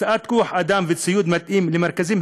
הקצאת כוח-אדם וציוד מתאים למרכזים